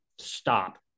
stop